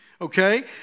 okay